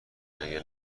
مگه